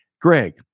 Greg